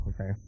okay